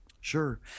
Sure